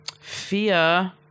fear